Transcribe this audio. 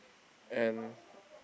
and